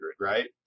right